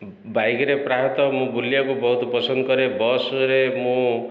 ବାଇକରେ ପ୍ରାୟତଃ ମୁଁ ବୁଲିବାକୁ ବହୁତ ପସନ୍ଦ କରେ ବସ୍ରେ ମୁଁ